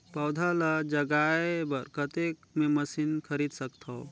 पौधा ल जगाय बर कतेक मे मशीन खरीद सकथव?